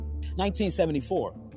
1974